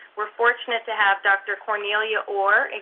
we're fortunate to have dr. cornelia orr,